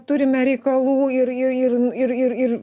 turime reikalų ir ir ir ir ir ir